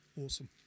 awesome